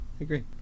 agree